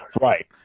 Right